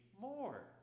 more